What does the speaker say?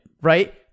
Right